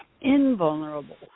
invulnerable